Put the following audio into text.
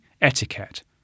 etiquette